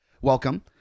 welcome